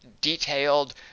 detailed